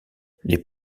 les